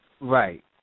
Right